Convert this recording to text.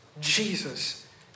Jesus